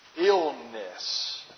illness